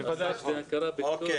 זה חשוב